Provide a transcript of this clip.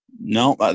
No